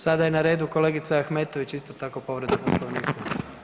Sada je na redu kolegica Ahmetović, isto tako povreda Poslovnika.